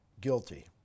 Guilty